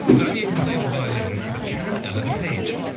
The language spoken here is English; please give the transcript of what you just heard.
vanya can play the violin, but can ellen page?